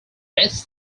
best